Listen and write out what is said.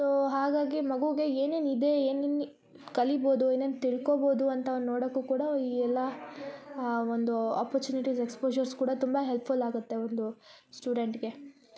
so ಹಾಗಾಗಿ ಮಗುಗೆ ಏನೇನು ಇದೆ ಏನೇನು ಕಲಿಬೋದು ಏನೇನು ತಿಳ್ಕೊಬೋದು ಅಂತ ನಾವು ನೋಡೋಕು ಕೂಡ ಈ ಎಲ್ಲ ಒಂದು ಒಪ್ಪೋರ್ಚುನಿಟಿ ಎಕ್ಸ್ಪೋಝರ್ ಕೂಡ ತುಂಬ ಹೆಲ್ಪ್ಫುಲ್ ಆಗತ್ತೆ ಒಂದು ಸ್ಟೂಡೆಂಟ್ಗೆ